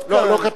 לא, כתוב: